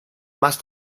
más